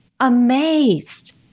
amazed